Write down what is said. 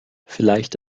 vielleicht